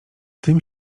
tym